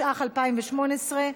התשע"ח 2018,